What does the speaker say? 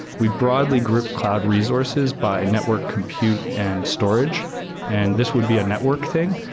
we broadly group cloud resources by network compute and storage and this would be a network thing.